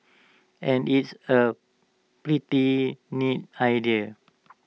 and it's A pretty neat idea